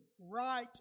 right